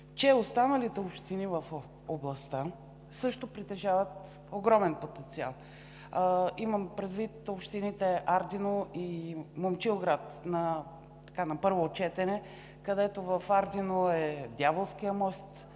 че и останалите общини в областта също притежават огромен потенциал. Имам предвид общините Ардино и Момчилград на първо четене, като в Ардино е Дяволският мост